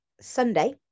sunday